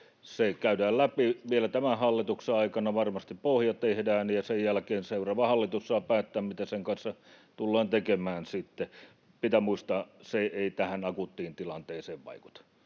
Se käydään läpi vielä tämän hallituksen aikana. Varmasti pohja tehdään, ja sen jälkeen seuraava hallitus saa päättää, mitä sen kanssa tullaan tekemään sitten. Pitää muistaa, että se ei tähän akuuttiin tilanteeseen vaikuta.